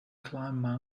climb